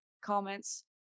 comments